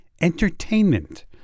entertainment